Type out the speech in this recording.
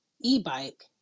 e-bike